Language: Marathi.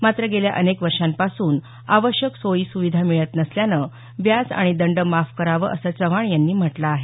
मात्र गेल्या अनेक वर्षांपासून आवश्यक सोयी सुविधा मिळत नसल्यानं व्याज आणि दंड माफ करावं असं चव्हाण यांनी म्हटलं आहे